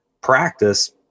practice